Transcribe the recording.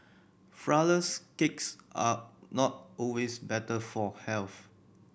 flourless cakes are not always better for health